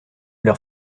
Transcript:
leur